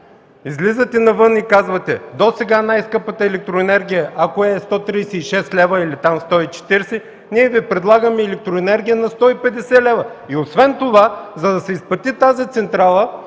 Излизате навън и казвате: „Досега най-скъпата електроенергия, ако е 136 лв. или 140, ние Ви предлагаме електроенергия на 150 лв. Освен това, за да се изплати тази централа,